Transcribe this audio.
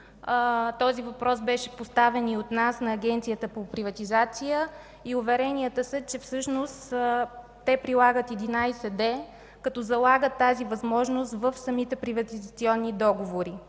Този въпрос беше поставен и от нас на Агенцията по приватизация. Уверенията са, че всъщност те прилагат § 11д, като залагат тази възможност в самите приватизационни договори